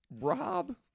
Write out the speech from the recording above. Rob